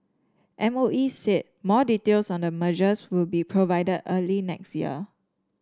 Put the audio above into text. M O E said more details on the mergers will be provided early next year